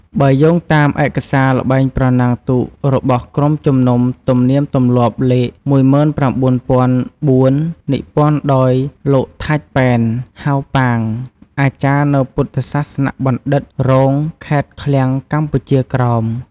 បើយោងតាម ឯកសារល្បែងប្រណាំងទូករបស់ក្រុមជំនុំទំនៀមទម្លាប់លេខ១៩០០៤ និពន្ធដោយ លោក ថាច់ ប៉ែន ហៅ ប៉ាង អាចារ្យនៅពុទ្ធសាសនបណ្ឌិត្យរង ខេត្តឃ្លាំងកម្ពុជាក្រោម។